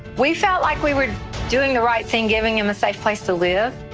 we felt like we were doing the right thing giving him a so place to live.